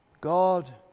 God